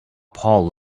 paul